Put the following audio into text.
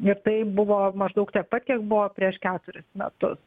ir tai buvo maždaug tiek pat kiek buvo prieš keturis metus